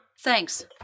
Thanks